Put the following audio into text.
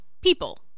people